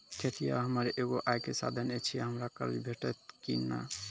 खेतीये हमर एगो आय के साधन ऐछि, हमरा कर्ज भेटतै कि नै?